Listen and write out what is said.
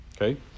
Okay